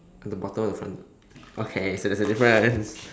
on the bottom on the front door okay so there's a difference